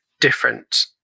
different